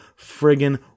friggin